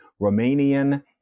Romanian